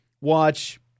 watch